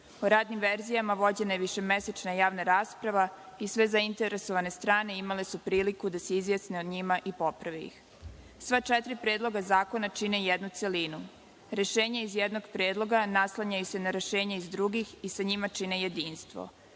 O radnim verzijama vođena je višemesečna javna rasprava i sve zainteresovane strane imale su priliku da se izjasne o njima i poprave ih. Sva četiri predloga zakona čine jednu celinu. Rešenje iz jednog predloga naslanjaju se na rešenja iz drugih i sa njima čine jedinstvo.